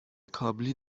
کابلی